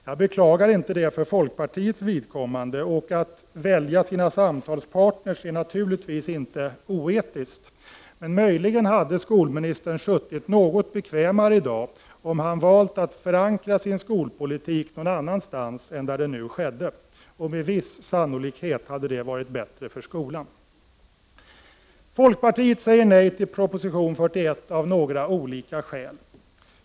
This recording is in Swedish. Jag beklagar inte det för folkpartiets vidkommande. Att välja sina samtalspartner är naturligtvis inte oetiskt. Möjligen hade skolministern suttit något bekvämare i dag om han hade valt att förankra sin skolpolitik någon annanstans än där det nu skedde. Med viss sannolikhet hade det varit bättre för skolan. Folkpartiet säger nej till proposition 41 av några olika skäl.